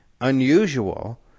unusual